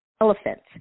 Elephants